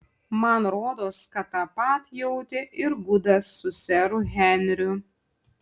man rodos kad tą pat jautė ir gudas su seru henriu